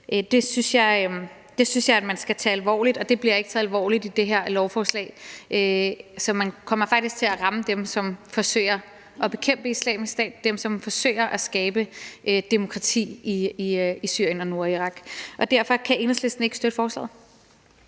Det synes jeg man skal tage alvorligt, og det bliver ikke taget alvorligt i det her lovforslag, så man kommer faktisk til at ramme dem, der forsøger at bekæmpe Islamisk Stat – dem, som forsøger at skabe demokrati i Syrien og Nordirak. Derfor kan Enhedslisten ikke støtte forslaget.